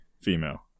female